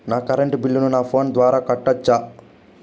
నా కరెంటు బిల్లును నా ఫోను ద్వారా కట్టొచ్చా?